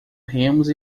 remos